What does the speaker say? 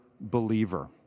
believer